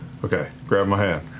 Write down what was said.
okay, grab my hand.